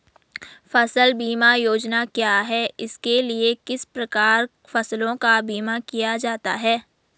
फ़सल बीमा योजना क्या है इसके लिए किस प्रकार फसलों का बीमा किया जाता है?